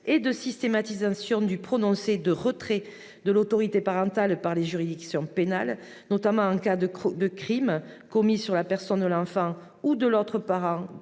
et de systématisation du prononcé du retrait de l'autorité parentale par les juridictions pénales, notamment en cas de crime commis sur la personne de l'enfant ou de l'autre parent